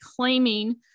claiming